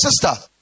sister